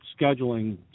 scheduling